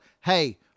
hey